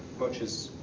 much as,